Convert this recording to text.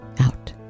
out